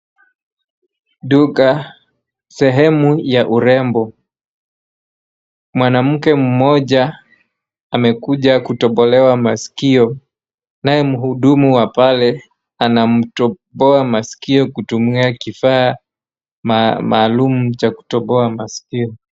Duka sehemu ya urembo ,mwanamke mmoja amekuja kutombolewa masikio .Naye mhudumu wa pale anatomboa masikio kifaa maalum cha kutomboa masikio.